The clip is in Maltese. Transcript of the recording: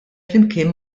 flimkien